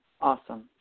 Awesome